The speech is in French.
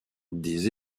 des